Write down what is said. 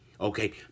Okay